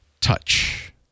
Touch